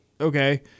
okay